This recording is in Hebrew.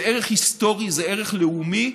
זה ערך היסטורי, זה ערך לאומי.